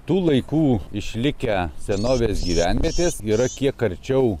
tų laikų išlikę senovės gyvenvietės yra kiek arčiau